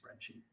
spreadsheet